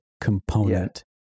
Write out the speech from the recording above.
component